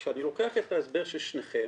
כשאני לוקח את ההסבר של שניכם,